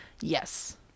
yes